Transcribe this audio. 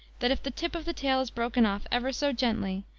that if the tip of the tail is broken off ever so gently,